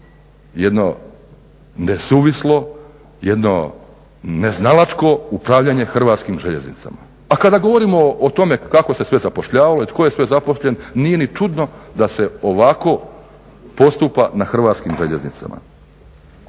jedno nesuvislo, jedno neznalačko upravljanje HŽ-om. A kada govorimo o tome kako se sve zapošljavalo i tko je sve zaposlen, nije ni čudno da se ovako postupa na Hrvatskim željeznicama.